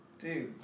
dude